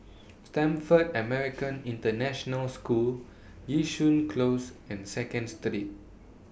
Stamford American International School Yishun Close and Seconds today